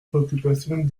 préoccupations